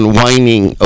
whining